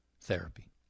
therapy